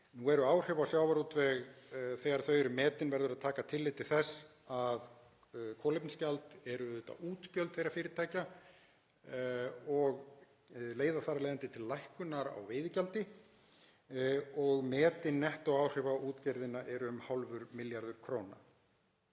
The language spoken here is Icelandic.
Þegar áhrif á sjávarútveg eru metin verður að taka tillit til þess að kolefnisgjald er auðvitað útgjöld þeirra fyrirtækja og leiðir þar af leiðandi til lækkunar á veiðigjaldi og metin nettóáhrif á útgerðina eru um hálfur milljarður króna.